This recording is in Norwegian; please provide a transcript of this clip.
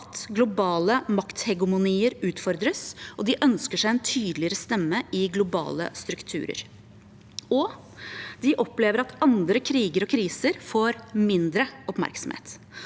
at globale makthegemonier utfordres, og de ønsker seg en tydeligere stemme i globale strukturer. De opplever at andre kriger og kriser får mindre oppmerksomhet.